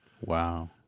Wow